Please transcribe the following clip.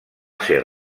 ser